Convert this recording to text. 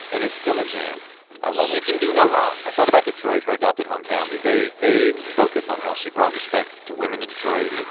and it's still a jam i love it she can do no wrong i thought about detroit, her adopted hometown, because they they focus on how she brought respect to women in detroit,